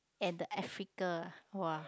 and the Africa ah whoa